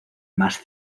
más